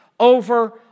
over